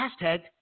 hashtag